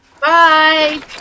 Bye